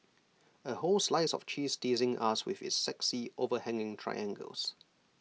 A whole slice of cheese teasing us with its sexy overhanging triangles